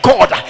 God